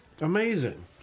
Amazing